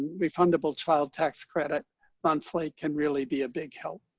refundable child tax credit monthly can really be a big help.